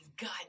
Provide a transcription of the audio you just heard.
God